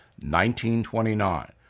1929